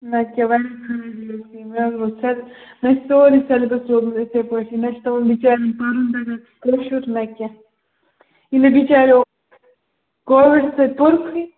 مےٚ چھُ سورُے سیلِبس روٗدمُت اِتھٕے پٲٹھی نہ چھُ تِمن بِچارٮ۪ن پَرُن تگان کٲشُر نہ کیٚنٛہہ ییٚلہِ نہٕ بِچاریو کووِڑ سۭتۍ پوٚرکھٕے